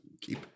Keep